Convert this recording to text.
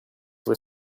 were